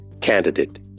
candidate